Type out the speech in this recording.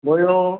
બોલો